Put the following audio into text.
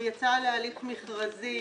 הוא יצא להליך מכרזי